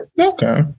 Okay